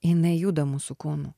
jinai juda mūsų kūnu